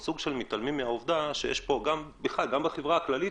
גם בחברה הכללית,